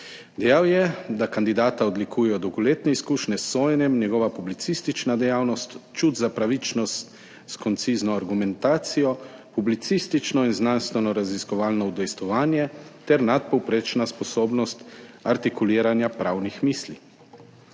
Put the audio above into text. Dejal je, da kandidata odlikujejo dolgoletne izkušnje s sojenjem, njegova publicistična dejavnost, čut za pravičnost s koncizno argumentacijo, publicistično in znanstvenoraziskovalno udejstvovanje ter nadpovprečna sposobnost artikuliranja pravnih misli.